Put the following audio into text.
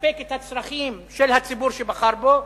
לספק את הצרכים של הציבור שבחר בו,